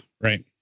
right